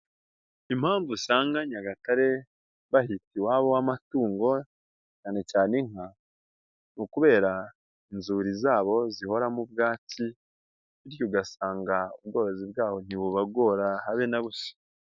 Impamvu usanga Nyagatare bahita iwabo w'amatungo cyane cyane inka ni ukubera inzuri zabo zihoramo ubwatsi bityo ugasanga ubworozi bwabo ntibubagora habe na busa.